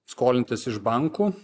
skolintis iš bankų